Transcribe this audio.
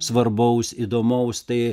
svarbaus įdomaus tai